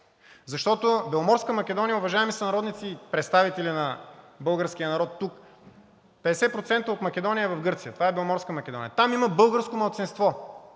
Защото Беломорска Македония, уважаеми сънародници – представители на българския народ тук, 50% от Македония е в Гърция. Това е Беломорска Македония. Там има българско малцинство,